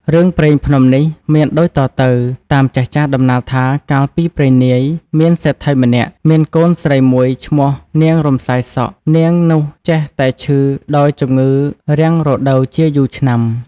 រឿងព្រេងភ្នំនេះ មានដូចតទៅ តាមចាស់ៗដំណាលថា កាលពីព្រេងនាយ មានសេដ្ឋីម្នាក់មានកូនស្រីមួយឈ្មោះនាង រំសាយសក់ នាង នោះចេះតែឈឺដោយជំងឺរាំងរដូវជាយូរឆ្នាំ ។